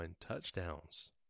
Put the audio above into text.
touchdowns